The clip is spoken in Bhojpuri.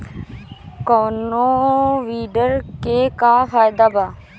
कौनो वीडर के का फायदा बा?